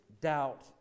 doubt